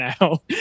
now